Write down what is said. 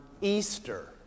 Easter